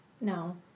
No